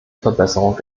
verbesserung